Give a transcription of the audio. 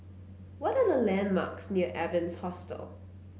what are the landmarks near Evans Hostel